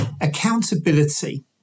Accountability